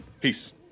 Peace